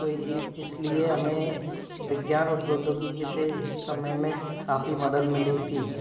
तो इसलिए हमें इस विज्ञान और प्रौद्योगिकी से इस समय में काफ़ी मदद मिली थी